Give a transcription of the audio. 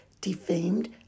defamed